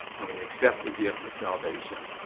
when we accept the gift of salvation,